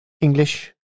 English